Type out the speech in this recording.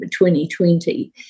2020